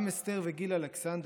גם אסתר וגיל אלכסנדר,